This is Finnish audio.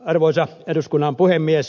arvoisa eduskunnan puhemies